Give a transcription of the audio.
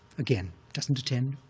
again, doesn't attend,